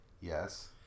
Yes